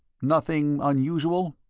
nothing unusual?